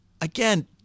again